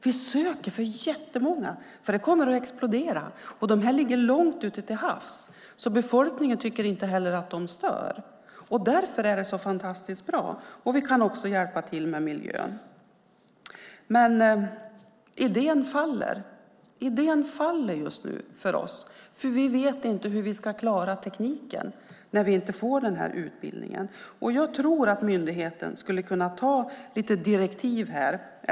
Vi söker för jättemånga. Det kommer att explodera. De ligger långt ute till havs, och befolkningen tycker inte heller att de stör. Därför är det så fantastiskt bra, och vi kan också hjälpa till med miljön. Idén faller just nu för oss eftersom vi inte vet hur vi ska klara tekniken när vi inte får utbildningen.